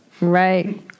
Right